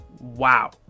wow